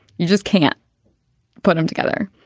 you just can't put them together.